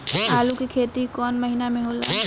आलू के खेती कवना महीना में होला?